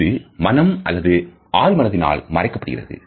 இது மனம் அல்லது ஆல் மனத்தினால் மறைக்கப்படுகிறது